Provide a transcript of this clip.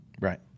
Right